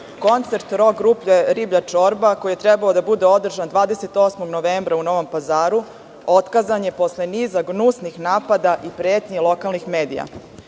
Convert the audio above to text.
koncert rok grupe Riblja čorba koji je trebao da bude održan 28. novembra u Novom Pazaru otkazan je posle niza gnusnih napada i pretnji lokalnih medija.Među